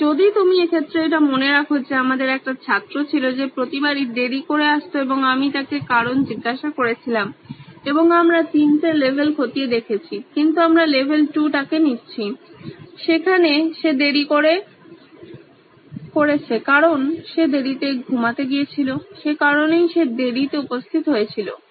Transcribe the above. তাই যদি তুমি এক্ষেত্রে এটা মনে রাখো যে আমাদের একটি ছাত্র ছিল যে প্রতিবারই দেরি করে আসত এবং আমি তাকে কারণ জিজ্ঞাসা করেছিলাম এবং আমরা তিনটে লেভেল খতিয়ে দেখেছি কিন্তু আমরা লেভেল 2 টাকে নিচ্ছি যেখানে সে দেরি করেছে কারণ সে দেরিতে ঘুমাতে গিয়েছিল সে কারণেই সে দেরিতে উপস্থিত হয়েছিল